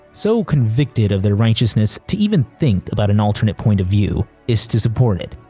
so convicted of their righteousness, to even think about an alternate point of view is to support it.